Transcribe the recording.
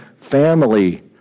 family